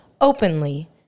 Openly